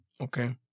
okay